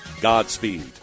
Godspeed